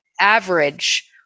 average